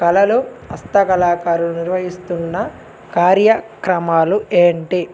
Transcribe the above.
కళలు హస్త కళాకారులు నిర్వహిస్తున్న కార్యక్రమాలు ఏంటి